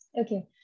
Okay